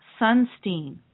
Sunstein